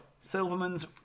Silverman's